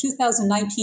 2019